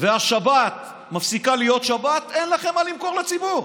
והשבת מפסיקה להיות שבת, אין לכם מה למכור לציבור.